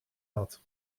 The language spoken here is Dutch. had